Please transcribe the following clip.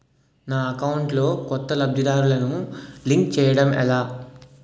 నా అకౌంట్ లో కొత్త లబ్ధిదారులను లింక్ చేయటం ఎలా?